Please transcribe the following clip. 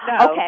Okay